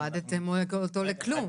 הורדתם אותו לכלום.